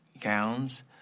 gowns